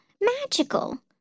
magical